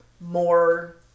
more